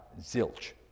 zilch